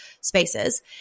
spaces